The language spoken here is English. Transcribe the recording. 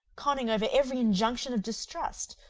conning over every injunction of distrust,